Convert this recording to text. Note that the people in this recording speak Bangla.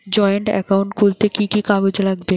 জয়েন্ট একাউন্ট খুলতে কি কি কাগজ লাগবে?